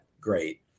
great